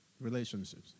relationships